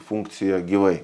funkcija gyvai